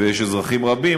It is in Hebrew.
ויש אזרחים רבים,